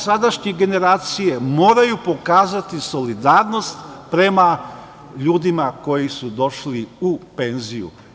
Sadašnje generacije moraju pokazati solidarnost prema ljudima koji su došli u penziju.